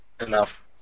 enough